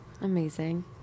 Amazing